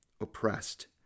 oppressed